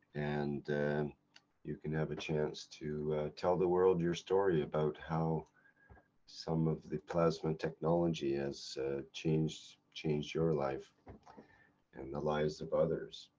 and you can have a chance to tell the world your story about how some of the plasma technology has changed, changed your life and the lives of others.